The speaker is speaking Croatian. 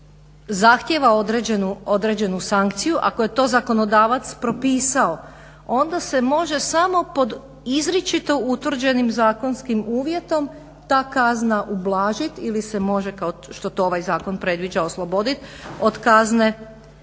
zahtjeva određenu sankciju ako je to zakonodavac propisao onda se može samo pod izričito utvrđenim zakonskim uvjetom ta kazna ublažiti ili se može kao što to ovaj zakon predviđa oslobodit od kazne